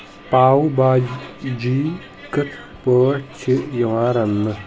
پاو باجی کِتھ پٲٹھۍ چِھ یوان رننہٕ ؟